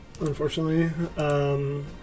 unfortunately